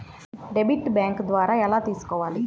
Debit bank ద్వారా ఎలా తీసుకోవాలి?